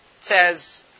says